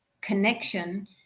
connection